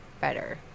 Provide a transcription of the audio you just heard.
better